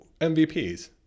MVPs